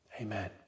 amen